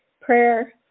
prayer